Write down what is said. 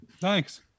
Thanks